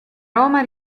roma